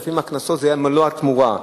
כשלפעמים הקנסות היו מלוא התמורה,